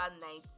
night